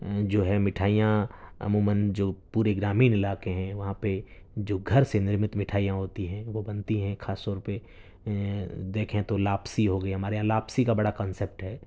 جو ہے مٹھائیاں عموماً جو پورے گرامین علاقے ہیں وہاں پہ جو گھر سے نرمت مٹھائیاں ہوتی ہیں وہ بنتی ہیں خاص طور پہ دیکھیں تو لاپسی ہو گئی ہمارے یہاں لاپسی کا بڑا کنسپٹ ہے